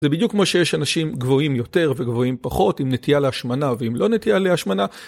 זה בדיוק כמו שיש אנשים גבוהים יותר וגבוהים פחות עם נטייה להשמנה ועם לא נטייה להשמנה.